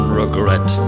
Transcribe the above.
regret